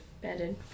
Bedded